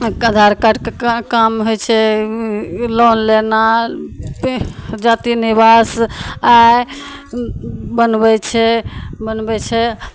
आधार कार्डके का काम होइ छै उँ उ लोन लेना इह जातीय निवास आय बनबय छै बनबय छै